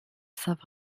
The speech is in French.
savent